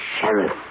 sheriff